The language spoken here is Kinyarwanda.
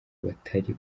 batari